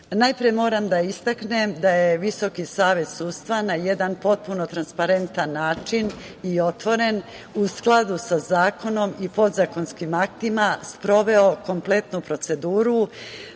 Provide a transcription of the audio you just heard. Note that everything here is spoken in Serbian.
moram da istaknem da je VSS na jedan potpuno transparentan način i otvoren, u skladu sa zakonom i podzakonskim aktima, sproveo kompletnu proceduru,